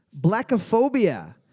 blackophobia